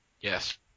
Yes